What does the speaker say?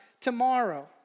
tomorrow